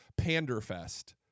Panderfest